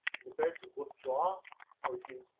is it fair to withdraw or do,